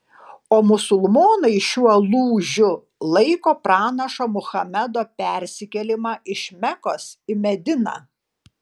o musulmonai šiuo lūžiu laiko pranašo muhamedo persikėlimą iš mekos į mediną